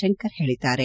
ಶಂಕರ್ ಹೇಳಿದ್ದಾರೆ